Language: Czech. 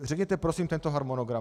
Řekněte prosím tento harmonogram.